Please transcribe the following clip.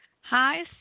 Hi